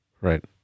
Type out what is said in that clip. Right